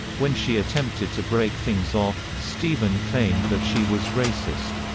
when she attempted to break things off, steven claimed that she was racist.